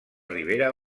ribera